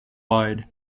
wide